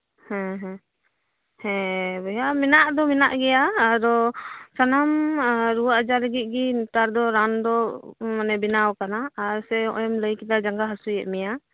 ᱦᱮᱸ ᱦᱮᱸ ᱦᱮᱸ ᱵᱚᱭᱦᱟ ᱢᱮᱱᱟᱜ ᱫᱚ ᱢᱮᱱᱟᱜ ᱜᱮᱭᱟ ᱟᱫᱚ ᱥᱟᱱᱟᱢ ᱨᱩᱣᱟᱹ ᱟᱡᱟᱨ ᱞᱟᱜᱤᱜ ᱜᱤ ᱱᱮᱛᱟᱨ ᱨᱟᱱ ᱫᱚ ᱢᱟᱱᱮ ᱵᱮᱱᱟᱣ ᱠᱟᱱᱟ ᱟᱨ ᱥᱮ ᱱᱚᱜ ᱚᱭ ᱮᱢ ᱞᱟᱹᱭ ᱠᱮᱫᱟ ᱡᱟᱸᱜᱟ ᱦᱟᱥᱩᱭᱮᱫ ᱢᱮᱭᱟ